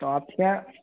तो आपके यहाँ